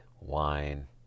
wine